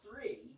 three